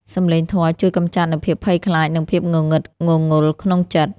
សំឡេងធម៌ជួយកម្ចាត់នូវភាពភ័យខ្លាច និងភាពងងឹតងងល់ក្នុងចិត្ត។